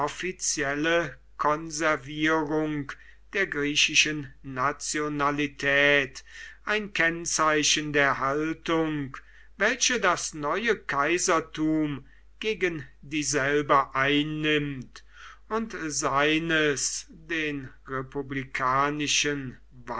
offizielle konservierung der griechischen nationalität ein kennzeichen der haltung welche das neue kaisertum gegen dieselbe einnimmt und seines den